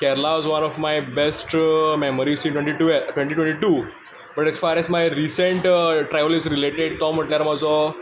Kerala was one of my best memories in twenty twenty two but as far as my recent travel is related to म्हटल्यार म्हजो